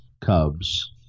Cubs